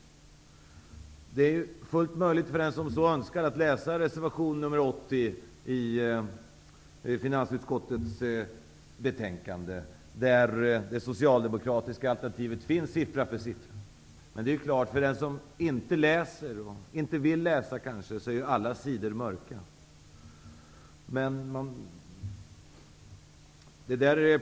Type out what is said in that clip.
För dem som så önskar är det fullt möjligt att läsa reservation nr 80 i finansutskottets betänkande, i vilket det socialdemokratiska alternativet framgår, siffra för siffra. Men för den som inte läser, eller kanske inte vill läsa, är alla sidor mörka.